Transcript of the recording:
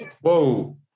Whoa